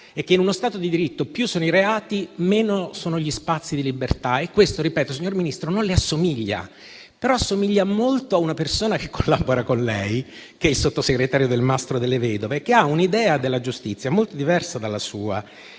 è che in uno Stato di diritto più sono i reati, meno sono gli spazi di libertà e questo, signor Ministro, non le assomiglia, però assomiglia molto a una persona che collabora con lei, cioè il sottosegretario Delmastro Delle Vedove, che ha un'idea della giustizia molto diversa dalla sua.